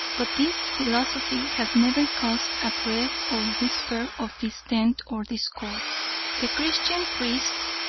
but this philosophy has never caused a breath or whisper of dissent or discord. the christian priest,